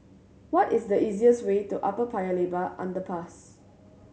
what is the easiest way to Upper Paya Lebar Underpass